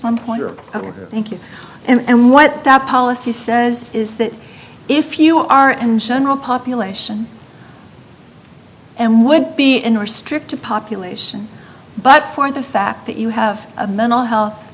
one point or thank you and what that policy says is that if you are and general population and would be in our stricter population but for the fact that you have a mental health